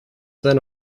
then